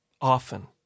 often